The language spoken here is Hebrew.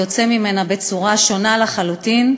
יוצא ממנה בצורה שונה לחלוטין,